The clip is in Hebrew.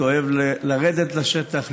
אוהב לרדת לשטח,